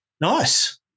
Nice